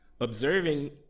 Observing